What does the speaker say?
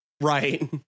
Right